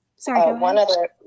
Sorry